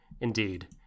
Indeed